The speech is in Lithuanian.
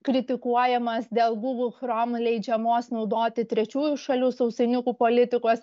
kritikuojamas dėl google chrome leidžiamos naudoti trečiųjų šalių sausainiukų politikos